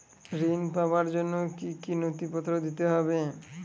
ঋণ পাবার জন্য কি কী নথিপত্র দিতে হবে?